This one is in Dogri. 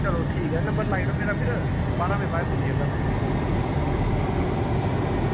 चलो ठीक ऐ नंबर लाई ओड़ो मेरा फिर बारां बजे दे बाद पुज्जी जाह्गा में